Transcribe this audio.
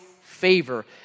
favor